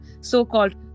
so-called